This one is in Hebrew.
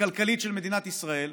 הכלכלית של מדינת ישראל,